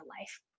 life